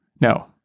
No